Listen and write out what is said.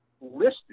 listed